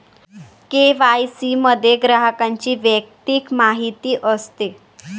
KYC मध्ये ग्राहकाची वैयक्तिक माहिती असते